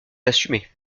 l’assumer